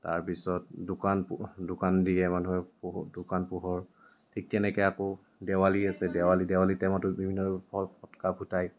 তাৰপিছত দোকান পো দোকান দিয়ে মানুহে বহুত দোকান পোহৰ ঠিক তেনেকৈ আকৌ দেৱালী আছে দেৱালী দেৱালী টাইমতো বিভিন্ন ফট ফটকা ফুটাই